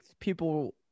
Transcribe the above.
people